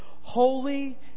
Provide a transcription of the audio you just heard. holy